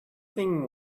thing